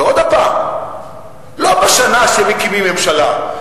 ועוד הפעם: לא בשנה שמקימים ממשלה,